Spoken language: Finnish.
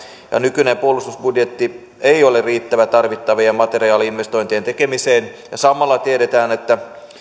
nykyinen puolustusbudjetti ei ole riittävä tarvittavien materiaali investointien tekemiseen samalla tiedetään että